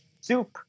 Soup